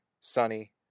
Sunny